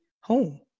home